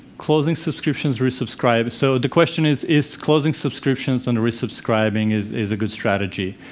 closing subscriptions, resubscribe, so the question is is closing subscriptions and resubscribing is is a good strategy?